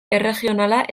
erregionala